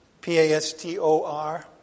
P-A-S-T-O-R